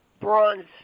bronze